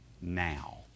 now